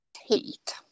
Heat